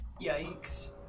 yikes